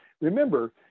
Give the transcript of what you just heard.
remember